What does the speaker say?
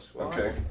Okay